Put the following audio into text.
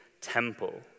temple